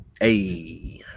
Hey